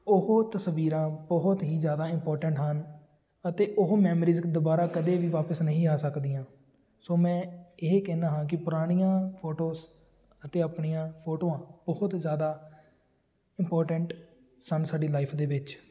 ਉਹ ਤਸਵੀਰਾਂ ਬਹੁਤ ਹੀ ਜ਼ਿਆਦਾ ਇੰਪੋਰਟੈਂਟ ਹਨ ਅਤੇ ਉਹ ਮੈਮਰੀਜ਼ ਦੁਬਾਰਾ ਕਦੇ ਵੀ ਵਾਪਸ ਨਹੀਂ ਆ ਸਕਦੀਆਂ ਸੋ ਮੈਂ ਇਹ ਕਹਿੰਦਾ ਹਾਂ ਕਿ ਪੁਰਾਣੀਆਂ ਫੋਟੋਸ ਅਤੇ ਆਪਣੀਆਂ ਫੋਟੋਆਂ ਬਹੁਤ ਜ਼ਿਆਦਾ ਇੰਪੋਰਟੈਂਟ ਸਨ ਸਾਡੀ ਲਾਈਫ ਦੇ ਵਿੱਚ